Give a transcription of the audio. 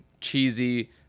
cheesy